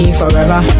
forever